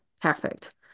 perfect